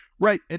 Right